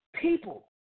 people